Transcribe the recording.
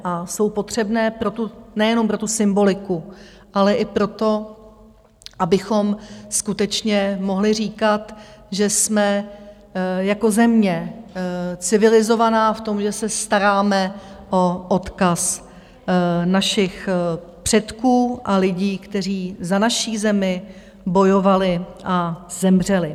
A jsou potřebné nejenom pro tu symboliku, ale i proto, abychom skutečně mohli říkat, že jsme jako země civilizovaná v tom, že se staráme o odkaz našich předků a lidí, kteří za naši zemi bojovali a zemřeli.